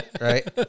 right